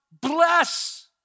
bless